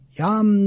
yam